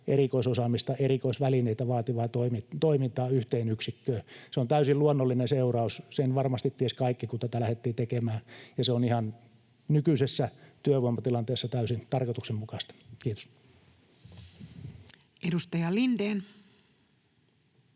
erikoisosaamista ja erikoisvälineitä vaativaa toimintaa yhteen yksikköön. Se on täysin luonnollinen seuraus, sen varmasti tiesivät kaikki, kun tätä lähdettiin tekemään, ja se on ihan nykyisessä työvoimatilanteessa täysin tarkoituksenmukaista. — Kiitos. [Speech